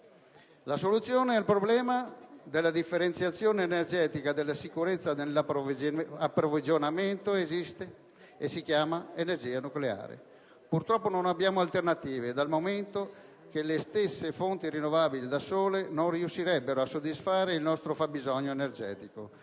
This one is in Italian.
La soluzione al problema della differenziazione energetica e della sicurezza nell'approvvigionamento esiste e si chiama energia nucleare. Purtroppo non abbiamo alternative, dal momento che le stesse fonti rinnovabili da sole non riuscirebbero a soddisfare il nostro fabbisogno energetico,